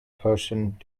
person